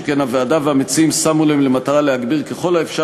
שכן הוועדה והמציעים שמו להם למטרה להגביר ככל האפשר